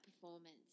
performance